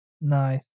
nice